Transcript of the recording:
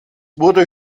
wurde